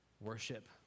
Worship